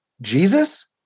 Jesus